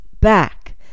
back